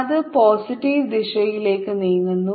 അത് പോസിറ്റീവ് ദിശയിലേക്ക് നീങ്ങുന്നു